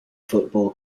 football